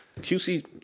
QC